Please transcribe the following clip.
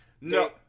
no